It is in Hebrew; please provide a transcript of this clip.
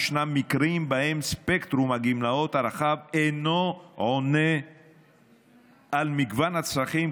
ישנם מקרים שבהם ספקטרום הגמלאות הרחב אינו עונה על מגוון הצרכים,